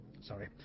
Sorry